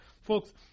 folks